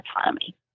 autonomy